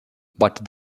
but